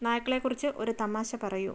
നായ്ക്കളെ കുറിച്ച് ഒരു തമാശ പറയൂ